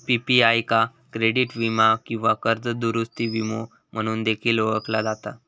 PPI का credit वीमा किंवा कर्ज दुरूस्ती विमो म्हणून देखील ओळखला जाता